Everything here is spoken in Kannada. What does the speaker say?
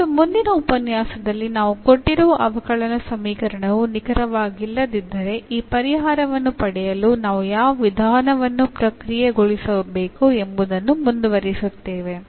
ಮತ್ತು ಮುಂದಿನ ಉಪನ್ಯಾಸದಲ್ಲಿ ನಾವು ಕೊಟ್ಟಿರುವ ಅವಕಲನ ಸಮೀಕರಣವು ನಿಖರವಾಗಿಲ್ಲದಿದ್ದರೆ ಈ ಪರಿಹಾರವನ್ನು ಪಡೆಯಲು ನಾವು ಯಾವ ವಿಧಾನವನ್ನು ಪ್ರಕ್ರಿಯೆಗೊಳಿಸಬೇಕು ಎಂಬುದನ್ನು ಮುಂದುವರಿಸುತ್ತೇವೆ